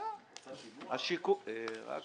יש